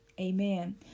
Amen